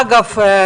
אגב,